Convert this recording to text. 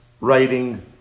writing